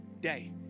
day